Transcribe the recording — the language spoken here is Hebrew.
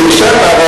היא שם?